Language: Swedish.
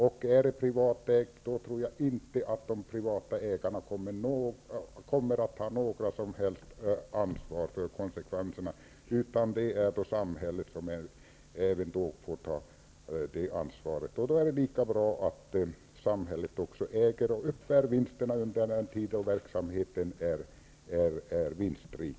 Jag tror inte att ägarna, om företaget är privatägt, i det läget tar något som helst ansvar när det gäller konsekvenserna. Även då blir det samhället som får ta det ansvaret. Därför är det lika bra att samhället är ägare och uppbär vinster under den tid då verksamheten är vinstrik.